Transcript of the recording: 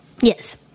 Yes